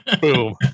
Boom